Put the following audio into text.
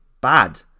bad